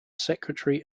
secretary